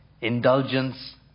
indulgence